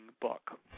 book